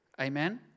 amen